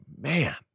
man